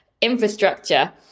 infrastructure